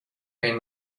این